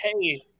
hey